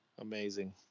Amazing